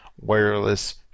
wireless